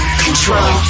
control